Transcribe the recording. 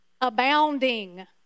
abounding